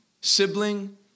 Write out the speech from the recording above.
sibling